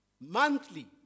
monthly